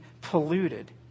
polluted